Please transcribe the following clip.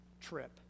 trip